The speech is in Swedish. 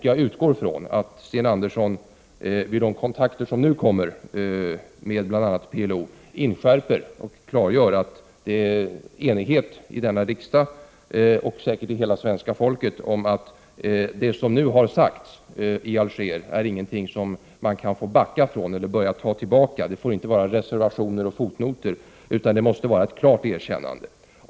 Jag utgår ifrån att Sten Andersson vid de kontakter som nu kommer att tas, bl.a. med PLO, klargör att det råder enighet i denna riksdag, och säkert inom det svenska folket, om att det som har sagts i Alger inte är någonting som man kan börja ta tillbaka. Det får inte bli reservationer och fotnoter utan ett klart erkännande.